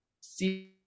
see